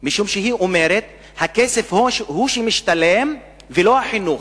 משום שהיא אומרת שהכסף הוא שמשתלם ולא החינוך,